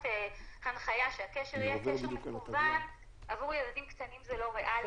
יכולה לתת עוד מסגרות שהן בעצם לנוער בסיכון ובכל זאת לא הוחזרו